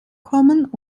kommen